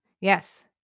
Yes